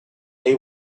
they